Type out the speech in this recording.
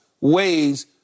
ways